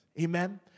Amen